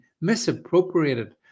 misappropriated